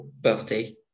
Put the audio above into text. birthday